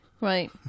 Right